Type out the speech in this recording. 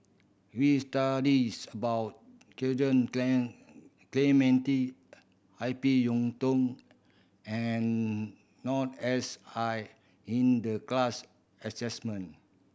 we studies about Clementi I P Yiu Tung and Noor S I in the class assignment